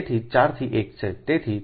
તેથી તે 4 થી 1 છે